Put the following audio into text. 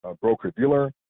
broker-dealer